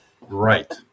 right